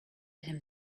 him